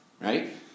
right